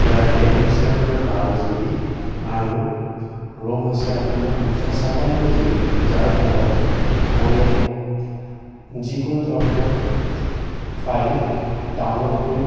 ইয়াৰ RAM হৈছে আপোনাৰ বাৰ জিবি আৰু ৰম হৈছে আপোনাৰ দুশ ছাপন্ন জিবি যাৰ ফলত মই ইয়াত যিকোনো ধৰণৰ ফাইল ডাউনলড কৰি